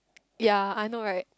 ya I know right